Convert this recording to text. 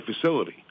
facility